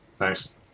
Nice